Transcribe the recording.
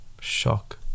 shock